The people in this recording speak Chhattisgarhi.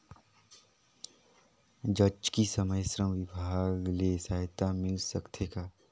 जचकी समय श्रम विभाग ले सहायता मिल सकथे का?